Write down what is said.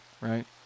right